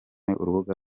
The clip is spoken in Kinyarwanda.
urubuga